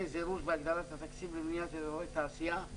זירוז והגדלת התקציב לבניית אזורי תעשייה,